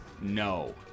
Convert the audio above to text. No